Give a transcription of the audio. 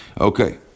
Okay